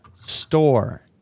store